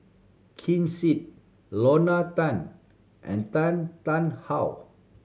Ken Seet Lorna Tan and Tan Tarn How